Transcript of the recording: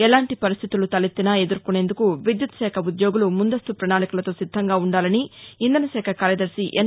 ఎలాంటి పరిస్థితులు తలెత్తినా ఎదుర్కొనేందుకు విద్యుత్ శాఖ ఉద్యోగులు ముందస్తు పణాళికలతో సిద్ధంగా ఉండాలని ఇంధన శాఖ కార్యదర్ని ఎన్